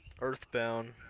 Earthbound